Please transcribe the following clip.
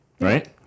right